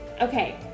Okay